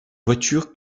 voiture